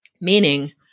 Meaning